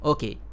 Okay